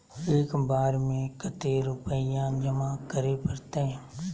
एक बार में कते रुपया जमा करे परते?